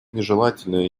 нежелательное